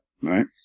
Right